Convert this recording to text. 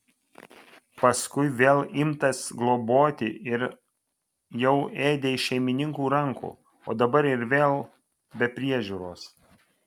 paskui vėl imtas globoti ir jau ėdė iš šeimininkų rankų o dabar ir vėl be priežiūros